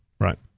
Right